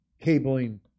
cabling